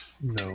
No